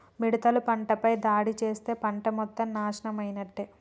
మిడతలు పంటపై దాడి చేస్తే పంట మొత్తం నాశనమైనట్టే